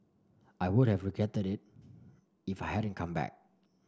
I would have regretted it if hadn't come back